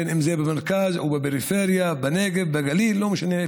במרכז או בפריפריה, בנגב, בגליל, לא משנה איפה.